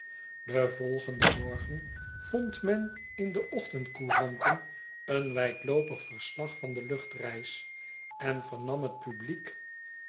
den volgenden morgen vond men in de ochtendcouranten een wijdloopig verslag van de luchtreis en vernam het publiek